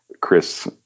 Chris